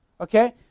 Okay